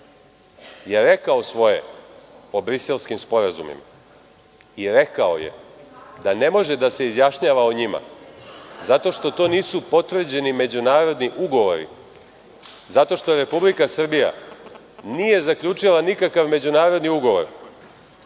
je rekao svoje o Briselskim sporazumima i rekao je da ne može da se izjašnjava o njima zato što to nisu potvrđeni međunarodni ugovori, zato što RS nije zaključila nikakav međunarodni ugovor